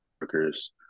workers